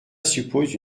suppose